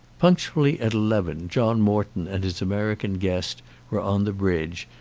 punctually at eleven john morton and his american guest were on the bridge,